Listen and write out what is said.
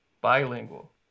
Bilingual